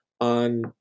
on